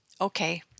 Okay